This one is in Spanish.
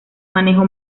manejo